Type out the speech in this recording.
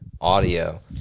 audio